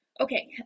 okay